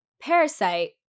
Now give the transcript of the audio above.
Parasite